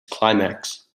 climax